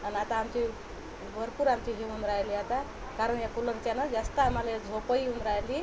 आणि आता आमची भरपूर आमची हे होऊन राहिले आता कारण ह्या कूलरच्यानं जास्त आमाले झोप ही येऊन राहिली